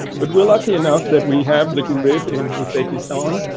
but we're lucky enough that we have the grid in uzbekistan,